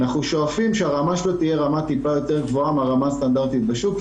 אנחנו שואפים שהרמה שלו תהיה טיפה יותר גבוהה מהרמה הסטנדרטית בשוק,